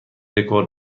رکورد